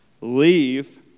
leave